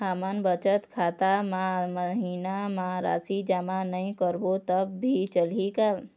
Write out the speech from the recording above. हमन बचत खाता मा महीना मा राशि जमा नई करबो तब भी चलही का?